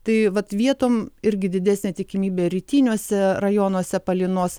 tai vat vietom irgi didesnė tikimybė rytiniuose rajonuose palynos